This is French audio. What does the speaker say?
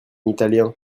italien